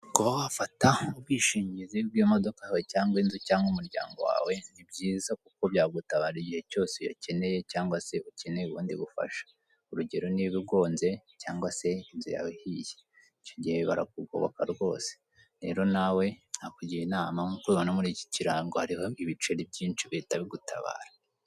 Kuba wafata ubwishingizi bw'imodoka yawe cyangwa inzu cyangwa umuryango wawe, ni byiza kuko byagutabara igihe cyose uyakeneye cyangwa se ukeneye ubundi bufasha. Urugero niba ugonze cyangwa se inzu yawe ihiye, icyo gihe barakugoboka rwose. Rero nawe, nakugira inama nk'uko ubibona muri iki kirango hariho ibiceri byinshi bihita bigutabara.